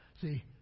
See